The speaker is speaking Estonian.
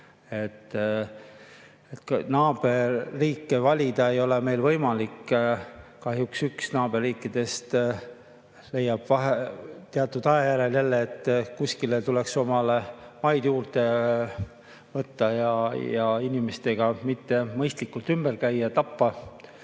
Naaberriike ei ole meil võimalik valida. Kahjuks üks meie naaberriikidest leiab teatud aja järel jälle, et kuskilt tuleks omale maid juurde võtta ja inimestega mitte mõistlikult ümber käia, neid